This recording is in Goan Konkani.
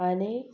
आनी